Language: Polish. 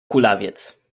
kulawiec